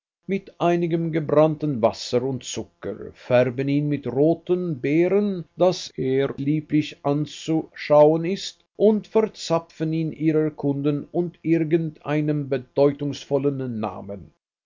mit einigem gebrannten wasser und zucker färben ihn mit roten beeren daß er lieblich anzuschauen ist und verzapfen ihn ihren kunden unter irgend einem bedeutungsvollen namen